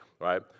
right